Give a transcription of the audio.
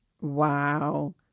Wow